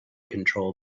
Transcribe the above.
control